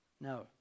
No